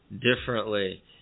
Differently